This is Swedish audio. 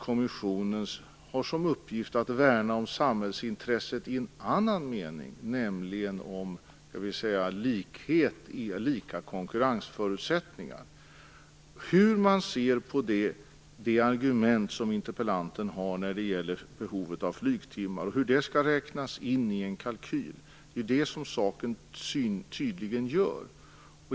Kommissionen har ju som uppgift att värna om samhällsintresset i en annan mening, nämligen om likhet innebär lika konkurrensförutsättningar. Det som saken gäller är hur man ser på det argument som interpellanten har när det gäller behovet av flygtimmar och hur det skall räknas in i en kalkyl.